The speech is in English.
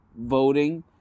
voting